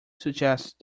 suggest